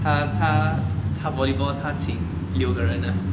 他他他 volleyball 他请六个人 ah